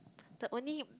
but only